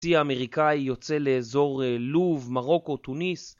הצי האמריקאי יוצא לאזור לוב, מרוקו, תוניס